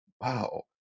wow